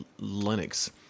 linux